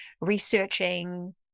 researching